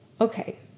Okay